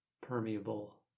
permeable